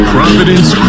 Providence